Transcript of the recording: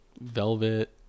velvet